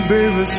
Baby